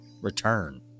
return